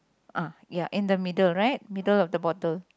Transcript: ah ya in the middle right middle of the bottle